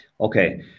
okay